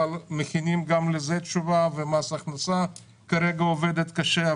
אבל מכינים גם לזה תשובה ומס הכנסה כרגע עובדים קשה.